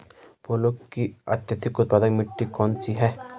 फूलों की अत्यधिक उत्पादन मिट्टी कौन सी है?